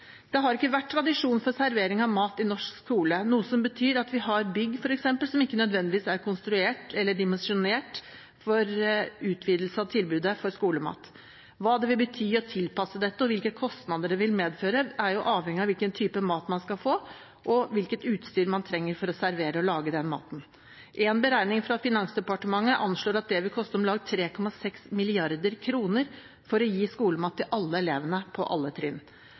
norsk skole, noe som betyr at vi har bygg f.eks. som ikke nødvendigvis er konstruert eller dimensjonert for utvidelse av tilbudet på skolemat. Hva det vil bety å tilpasse dette, og hvilke kostnader det vil medføre, er avhengig av hvilken type mat man skal få og hvilket utstyr man trenger for å lage og servere maten. En beregning fra Finansdepartementet anslår at det vil koste om lag 3,6 mrd. kr å gi skolemat til alle elevene på alle trinn.